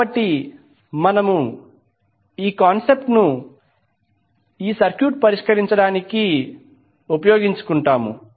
కాబట్టి మనము ఈ కాన్సెప్ట్ ను సర్క్యూట్ పరిష్కరించడానికి ఉపయోగించుకుంటాము